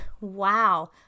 Wow